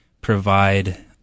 provide